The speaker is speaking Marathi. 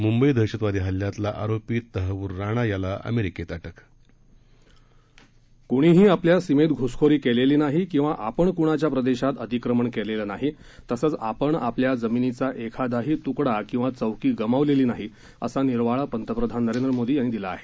मुंबई दहशतवादी हल्ल्यातला आरोपी तहव्व्रर राणा याला अमेरिकेत अटक कुणीही आपल्या सीमेत घुसखोरी केलेली नाही किंवा आपण कुणाच्या प्रदेशात अतिक्रमण केलेलं नाही तसच आपण आपल्या जमिनीचा एखादाही तुकडा किवा चौकी गमावलेली नाही असा निर्वाळा प्रधामंत्री नरेंद्र मोदी यांनी दिला आहे